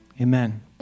Amen